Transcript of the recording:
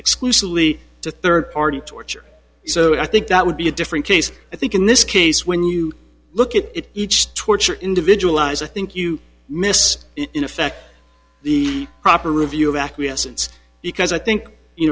exclusively to third party torture so i think that would be a different case i think in this case when you look at it each torture individual lies i think you miss in effect the proper review of acquiescence because i think you